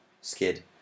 skid